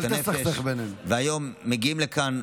הם מגיעים היום לכאן,